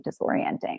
disorienting